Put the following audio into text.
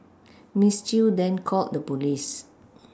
Miss Chew then called the police